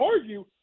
argue